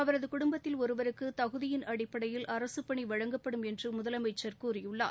அவரது குடும்பத்தில் ஒருவருக்கு தகுதியின் அடிப்படையில் அரசு பணி வழங்கப்படும் என்று முதலமைச்சர் கூறியுள்ளார்